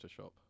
Photoshop